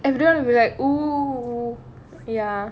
everyone will be like !woo! ya